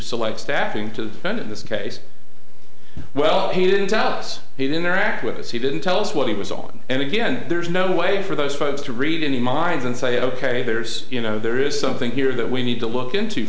select staffing to run in this case well he didn't tell us it interact with us he didn't tell us what he was on and again there's no way for those folks to read any minds and say ok there's you know there is something here that we need to look into